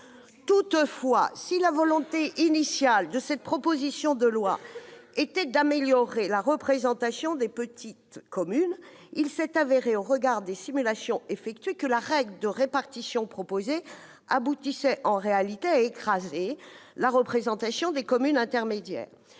Toutefois, si la volonté initiale des auteurs de cette proposition de loi était d'améliorer la représentation des petites communes, il s'est avéré, au regard des simulations effectuées, que la règle de répartition proposée aboutissait en réalité à écraser la représentation des communes intermédiaires.